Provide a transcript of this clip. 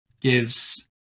gives